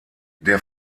der